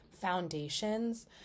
foundations